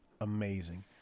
amazing